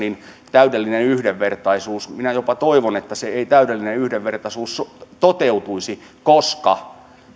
täydellinen yhdenvertaisuus minä jopa toivon että täydellinen yhdenvertaisuus ei toteutuisi koska